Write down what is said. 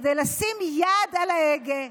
כדי לשים יד על ההגה,